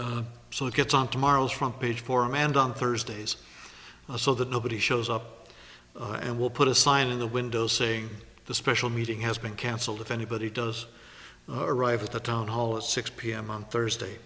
can so it gets on tomorrow's front page form and on thursdays so that nobody shows up and will put a sign in the window saying the special meeting has been cancelled if anybody does arrive at the town hall at six pm on thursday